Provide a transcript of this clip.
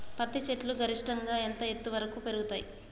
పత్తి చెట్లు గరిష్టంగా ఎంత ఎత్తు వరకు పెరుగుతయ్?